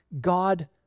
God